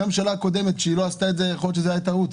גם כאשר הממשלה הקודמת לא עשתה את זה ייתכן שזו הייתה טעות,